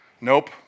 Nope